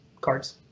cards